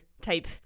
type